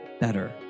better